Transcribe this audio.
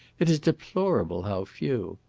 it is deplorable how few.